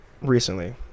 recently